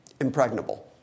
impregnable